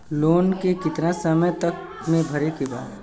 Loan के कितना समय तक मे भरे के बा?